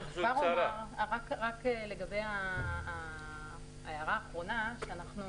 אני כבר אומר לגבי ההערה האחרונה, שאנחנו